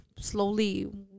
slowly